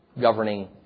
governing